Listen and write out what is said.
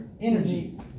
energy